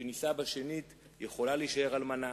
שנישאה שנית יכולה להישאר אלמנה,